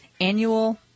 annual